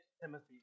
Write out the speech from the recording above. Timothy